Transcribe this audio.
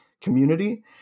community